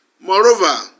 Moreover